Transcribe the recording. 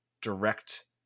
direct